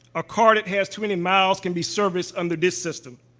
a car that has too many miles can be serviced under this system,